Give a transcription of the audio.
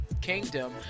Kingdom